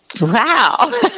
Wow